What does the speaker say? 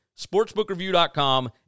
sportsbookreview.com